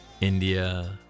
India